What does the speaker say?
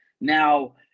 Now